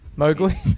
Mowgli